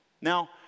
Now